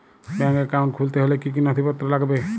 Bank account খুলতে হলে কি কি নথিপত্র লাগবে?